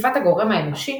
תקיפת הגורם האנושי,